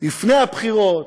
לפני הבחירות,